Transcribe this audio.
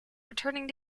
returning